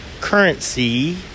currency